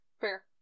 Fair